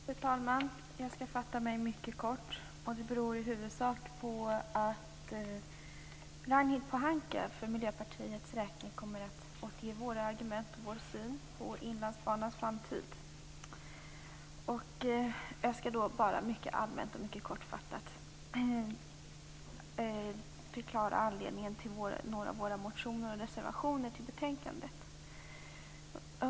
Fru talman! Jag skall fatta mig mycket kort, och det beror i huvudsak på att Ragnhild Pohanka för Miljöpartiets räkning kommer att föra fram våra argument och vår syn på Inlandsbanans framtid. Jag skall bara mycket allmänt och mycket kortfattat förklara anledningen till några av våra motioner och reservationer vid betänkandet.